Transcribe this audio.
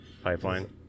Pipeline